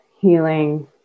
healing